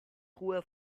ruhe